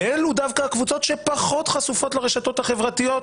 ואלו דווקא הקבוצות שפחות חשופות לרשתות החברתיות.